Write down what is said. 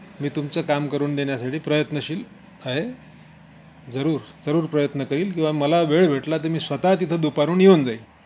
मी तुमचं काम करून देण्यासाठी प्रयत्नशील आहे जरूर जरूर प्रयत्न करील किंवा मला वेळ भेटला तर मी स्वतः तिथं दुपारून येऊन जाईल